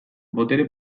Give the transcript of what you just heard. botere